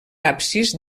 absis